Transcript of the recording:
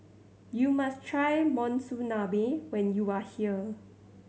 you must try Monsunabe when you are here